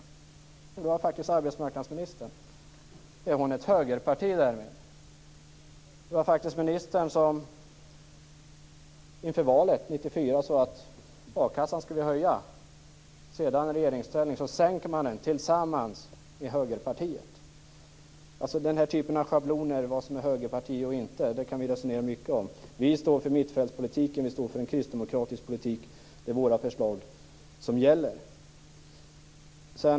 Jo, det var faktiskt arbetsmarknadsministern. Tillhör hon därmed ett högerparti? Det var faktiskt ministern som inför valet 1994 sade att ersättningen från a-kassan skulle höjas. Sedan, i regeringsställning, sänkte man den tillsammans med högerpartiet. Den typen av schabloner, vad som är högerparti eller inte, kan vi resonera mycket om. Vi står för en mittfältspolitik, för en kristdemokratisk politik. Det är våra förslag som gäller.